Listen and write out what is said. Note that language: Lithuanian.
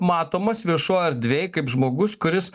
matomas viešojoj erdvėj kaip žmogus kuris